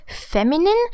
feminine